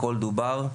הכול דובר,